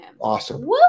Awesome